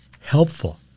Helpful